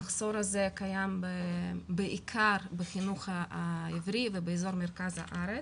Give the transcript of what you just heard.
המחסור הזה קיים בעיקר בחינוך העברי ובאזור מרכז הארץ.